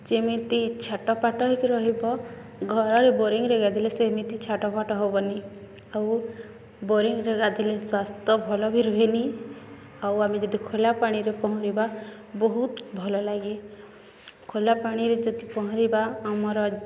ଯେମିତି ଛାଟ ପାାଟ ହେଇକି ରହିବ ଘରରେ ବୋରିଂରେ ଗାଧିଲେ ସେମିତି ଛାଟ ଫାଟ ହେବନି ଆଉ ବୋରିଂରେ ଗାଧିଲେ ସ୍ୱାସ୍ଥ୍ୟ ଭଲ ବି ରୁହେନି ଆଉ ଆମେ ଯଦି ଖୋଲା ପାଣିରେ ପହଁରିବା ବହୁତ ଭଲ ଲାଗେ ଖୋଲା ପାଣିରେ ଯଦି ପହଁରିବା ଆମର